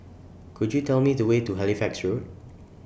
Could YOU Tell Me The Way to Halifax Road